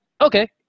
Okay